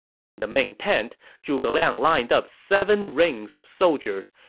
in the main tent, zhuge liang lined up seven rings of soldiers,